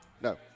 No